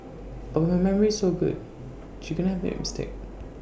but her memory is so good she couldn't have made mistake